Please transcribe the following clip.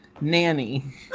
nanny